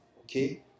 Okay